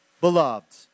beloved